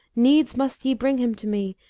needs must ye bring him to me,